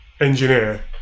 engineer